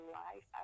life